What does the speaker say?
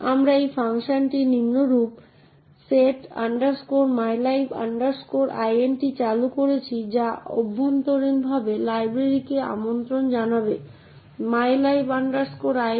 সুতরাং উদাহরণস্বরূপ x86 এ অপারেটিং সিস্টেম রিং জিরোতে চলে এবং অ্যাপ্লিকেশনগুলি রিং থ্রিতে চলে হার্ডওয়্যারটি এই বিষয়টির যত্ন নেয় যে রিং থ্রিতে অ্যাপ্লিকেশনগুলি সরাসরি অ্যাক্সেস করতে পারে না